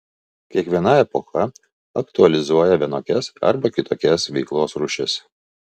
kiekviena epocha aktualizuoja vienokias arba kitokias veiklos rūšis